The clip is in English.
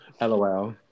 LOL